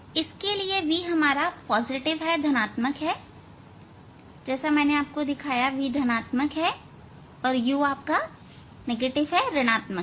इसके लिए v धनात्मक है जैसा मैंने आपको दिखाया v धनात्मक है और u ऋणआत्मक है